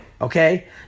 okay